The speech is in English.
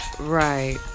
Right